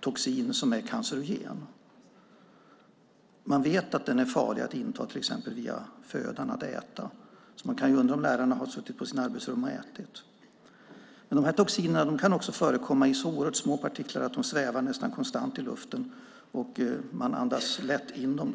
toxin som är cancerogent. Man vet att den är farlig att inta till exempel via födan genom att äta. Man kan undra om lärarna har suttit på sina arbetsrum och ätit. De här toxinerna kan också förekomma i så oerhört små partiklar att de svävar nästan konstant i luften, och man andas då lätt in dem.